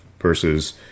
versus